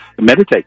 meditate